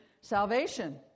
salvation